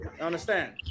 understand